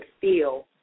feel